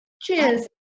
cheers